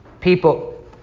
people